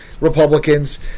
Republicans